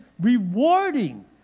rewarding